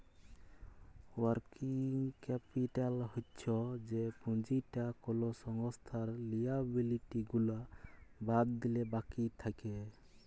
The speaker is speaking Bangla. ওয়ার্কিং ক্যাপিটাল হচ্ছ যে পুঁজিটা কোলো সংস্থার লিয়াবিলিটি গুলা বাদ দিলে বাকি থাক্যে